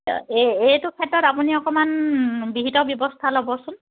এই এইটো ক্ষেত্ৰত আপুনি অকমান বিহিত ব্যৱস্থা ল'বচোন